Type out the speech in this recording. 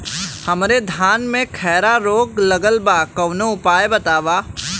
हमरे धान में खैरा रोग लगल बा कवनो उपाय बतावा?